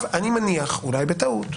אני מניח, אולי בטעות,